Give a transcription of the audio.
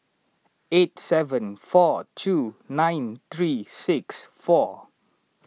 eight seven four two nine three six four